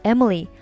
Emily